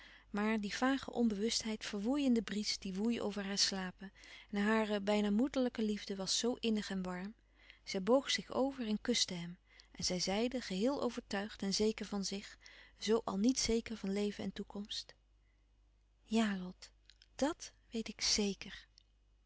maar die vage onbewustheid verwoei in de bries die woei over haar slapen en hare bijna moederlijke liefde was zoo innig en warm zij boog zich over en kuste hem en zij zeide geheel overtuigd en zeker van zich zoo al niet zeker van leven en toekomst ja lot dàt weet ik zéker